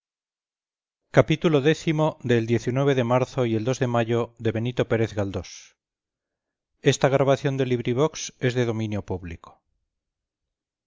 xxvi xxvii xxviii xxix xxx el de marzo y el de mayo de benito pérez